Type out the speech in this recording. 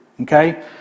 Okay